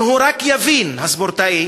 אם הוא רק יבין, הספורטאי,